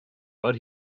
but